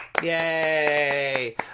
Yay